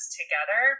together